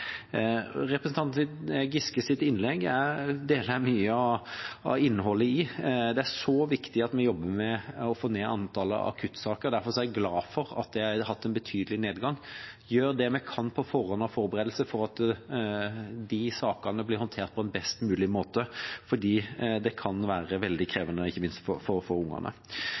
Representanten Giskes innlegg deler jeg mye av innholdet i. Det er så viktig at vi jobber med å få ned antallet akuttsaker; derfor er jeg glad for at det har vært en betydelig nedgang. Vi gjør det vi kan av forberedelser på forhånd for at disse sakene blir håndtert på best mulig måte, for det kan være veldig krevende, ikke minst for